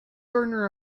gardener